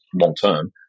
long-term